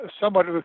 Somewhat